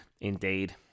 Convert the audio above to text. Indeed